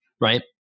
right